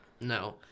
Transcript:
No